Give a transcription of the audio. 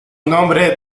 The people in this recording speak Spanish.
nombre